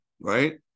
right